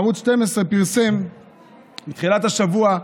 ערוץ 12 פרסם בתחילת השבוע,